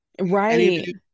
right